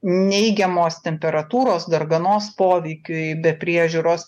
neigiamos temperatūros darganos poveikiui be priežiūros